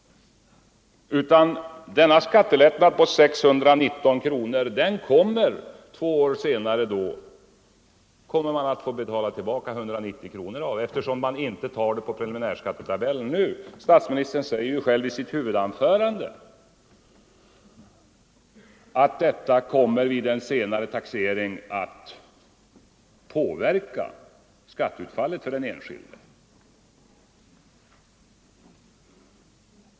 Av de 619 kronorna får man nämligen betala tillbaka 190 kronor eftersom beloppet nu inte är inbakat i preliminärskattetabellerna. Statsministern sade ju i sitt huvudanförande att detta kommer vid en senare taxering att påverka skatteutfallet för den enskilde.